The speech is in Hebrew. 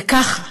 וכך,